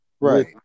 Right